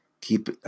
keep